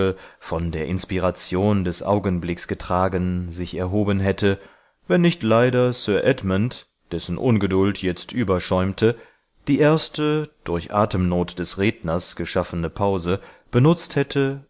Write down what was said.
von der inspiration des augenblicks getragen sich erhoben hätte wenn nicht leider sir edmund dessen ungeduld jetzt überschäumte die erste durch atemnot des redners geschaffene pause benutzt hätte